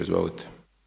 Izvolite.